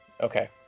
Okay